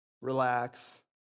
relax